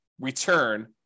return